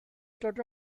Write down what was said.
dod